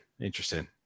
interesting